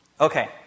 Okay